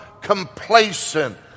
complacent